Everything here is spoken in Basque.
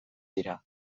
dira